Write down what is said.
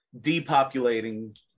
Depopulating